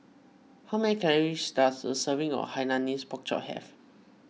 how many calories does a serving of Hainanese Pork Chop have